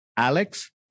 Alex